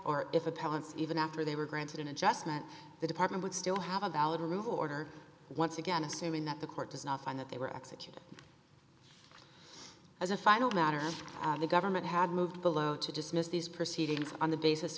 or if a province even after they were granted an adjustment the department would still have a valid rule order once again assuming that the court does not find that they were executed as a final matter the government had moved below to dismiss these proceedings on the basis